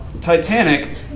Titanic